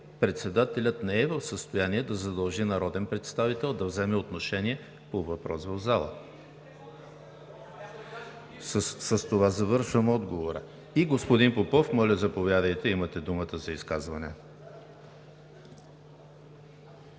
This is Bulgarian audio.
председателят не е в състояние да задължи народен представител да вземе отношение по въпрос в залата. С това завършвам отговора. Господин Попов, моля, заповядайте, имате думата, за изказване.